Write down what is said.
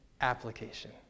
application